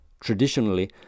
Traditionally